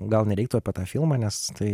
gal nereiktų apie tą filmą nes tai